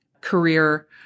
career